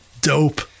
dope